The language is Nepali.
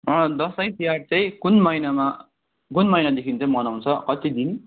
दसैँ तिहार चाहिँ कुन महिनामा कुन महिनादेखि चाहिँ मनाउँछ कति दिन